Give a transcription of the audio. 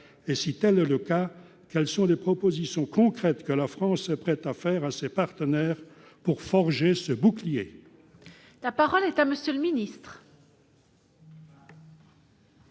et citait le cas quelles sont les propositions concrètes que la France prête à faire à ses partenaires pour forger ce bouclier. La parole est à monsieur le ministre.